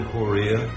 Korea